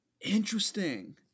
Interesting